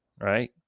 Right